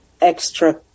extra